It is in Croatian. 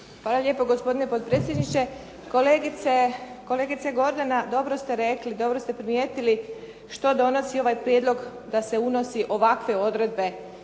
Hvala lijepo gospodine potpredsjedniče. Kolegice Gordana, dobro ste rekli, dobro ste primijetili što donosi ovaj prijedlog da se unosi ovakve odredbe